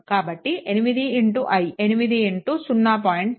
కాబట్టి 8i 8 0